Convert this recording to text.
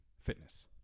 fitness